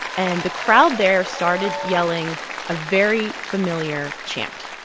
and the crowd there started yelling a very familiar chant